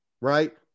right